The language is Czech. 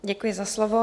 Děkuji za slovo.